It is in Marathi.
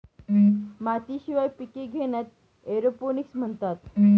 मातीशिवाय पिके घेण्यास एरोपोनिक्स म्हणतात